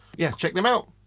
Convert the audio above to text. yeah, check them out.